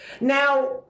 Now